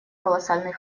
колоссальный